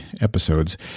episodes